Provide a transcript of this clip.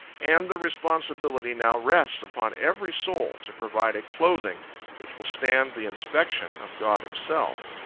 and the responsibility now rests upon every soul, to provide a clothing which will stand the inspection of god himself.